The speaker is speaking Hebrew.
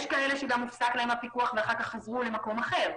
יש כאלה שנפסק להם הפיקוח ואחר כך חזרו למקום אחר.